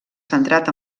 centrat